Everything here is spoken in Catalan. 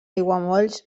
aiguamolls